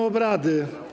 obrady.